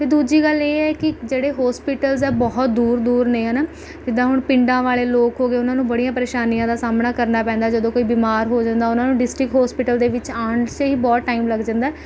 ਅਤੇ ਦੂਜੀ ਗੱਲ ਇਹ ਹੈ ਕਿ ਜਿਹੜੇ ਹੋਸਪੀਟਲਸ਼ ਹੈ ਬਹੁਤ ਦੂਰ ਦੂਰ ਨੇ ਹੈ ਨਾ ਜਿੱਦਾਂ ਹੁਣ ਪਿੰਡਾਂ ਵਾਲੇ ਲੋਕ ਹੋ ਗਏ ਉਨ੍ਹਾਂ ਨੂੰ ਬੜੀਆਂ ਪਰੇਸ਼ਾਨੀਆਂ ਦਾ ਸਾਹਮਣਾ ਕਰਨਾ ਪੈਂਦਾ ਜਦੋਂ ਕੋਈ ਬਿਮਾਰ ਹੋ ਜਾਂਦਾ ਉਨ੍ਹਾਂ ਨੂੰ ਡਿਸ਼ਟਿਕ ਹੋਸਪੀਟਲ ਦੇ ਵਿੱਚ ਆਉਣ 'ਚ ਹੀ ਬਹੁਤ ਟਾਈਮ ਲੱਗ ਜਾਂਦਾ